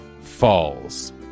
falls